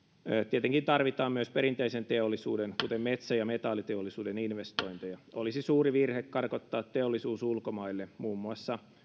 tietenkin tarvitaan myös perinteisen teollisuuden kuten metsä ja metalliteollisuuden investointeja olisi suuri virhe karkottaa teollisuus ulkomaille muun muassa